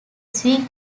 swiss